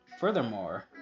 Furthermore